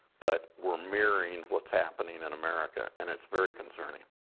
but we're mirroring what's happing in and america. and it's very concerning,